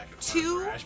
Two